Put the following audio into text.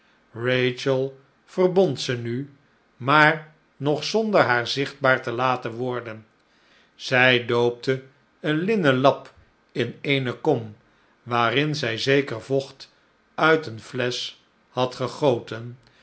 rachel verbond ze nu maar nog zonder haar zichtbaar te laten worden zij doopte een linnen lap in eene kom waarin zij zeker vocht uit een flesch had gegoten